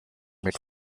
made